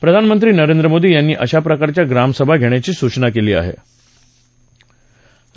प्रधानमंत्री नरेंद्र मोदी यांनी अशा प्रकारच्या ग्रामसभा घेण्याची सूचना केली होती